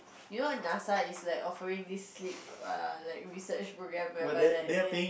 you know N_A_S_A is like offering this slip err like research program whereby like